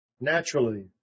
Naturally